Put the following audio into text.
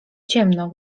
ciemno